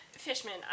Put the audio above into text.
Fishman